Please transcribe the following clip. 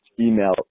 email